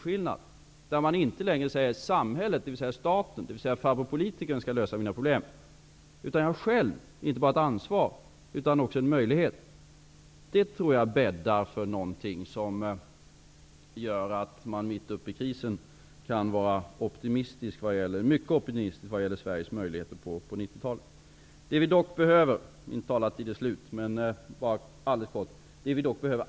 Kombinationen av att det nu har blivit unikt goda förutsättningar för industriell verksamhet i Sverige -- vi ser just nu Ericsson ta hem den ena miljardordern efter den andra -- och denna attitydskillnad tror jag bäddar för någonting som gör att man mitt uppe i krisen kan vara mycket optimistisk vad gäller Sveriges möjligheter på 90-talet. Min taletid är nu slut, men låt mig bara kort få säga följande.